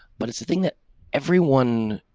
but it's the thing that everyone,